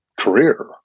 career